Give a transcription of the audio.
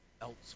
elsewhere